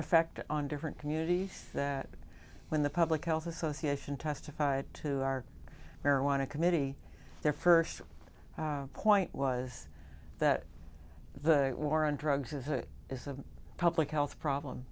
effect on different communities that when the public health association testified to our marijuana committee their first point was that the war on drugs if it is a public health problem